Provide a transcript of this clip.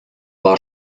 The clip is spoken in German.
war